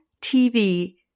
TV